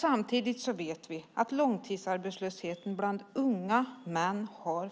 Samtidigt vet vi att långtidsarbetslösheten bland unga män har